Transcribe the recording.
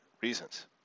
reasons